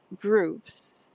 groups